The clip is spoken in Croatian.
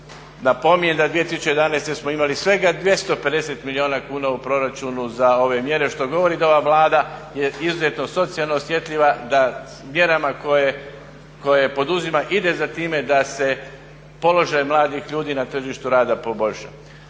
Napominjem da 2011. smo imali svega 250 milijuna kuna u proračunu za ove mjere što govori da ova Vlada je izuzetno socijalno osjetljiva, da mjerama koje poduzima ide za time da se položaj mladih ljudi na tržištu rada poboljša.